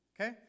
okay